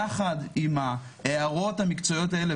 יחד עם ההערות המקצועיות האלה,